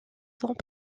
sont